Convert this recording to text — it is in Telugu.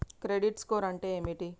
క్రెడిట్ స్కోర్ అంటే ఏమిటి?